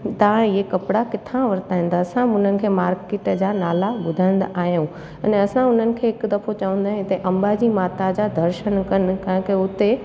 तव्हां ईअं कपिड़ा किथा वरिता त ईंदा असां उन्हनि खे मार्केट जा नाला ॿुधाईंदा आहियूं अने असां उन्हनि खे हिकु दफ़ो चवंदा आहियूं हिते अंबा जी मंदिर माता जा दर्शन कनि तव्हांखे हुते